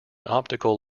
optical